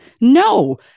No